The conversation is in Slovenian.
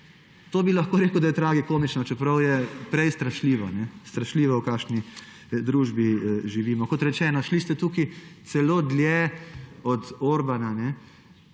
Lahko rekel, da je to tragikomično, čeprav je prej strašljivo, strašljivo, v kakšni družbi živimo. Kot rečeno, tukaj ste šli celo dlje od Orbana,